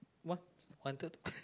what wanted